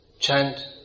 chant